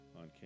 on